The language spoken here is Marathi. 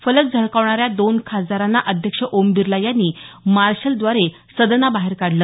फलक झळकावणाऱ्या दोन खासदारांना अध्यक्ष ओम बिर्ला यांनी मार्शलद्वारे सदनाबाहेर काढलं